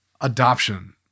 adoption